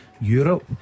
Europe